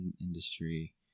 industry